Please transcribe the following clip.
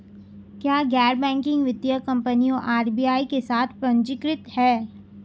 क्या गैर बैंकिंग वित्तीय कंपनियां आर.बी.आई के साथ पंजीकृत हैं?